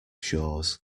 shores